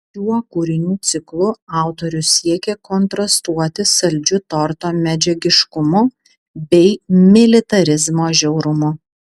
šiuo kūrinių ciklu autorius siekė kontrastuoti saldžiu torto medžiagiškumu bei militarizmo žiaurumu